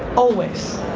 always.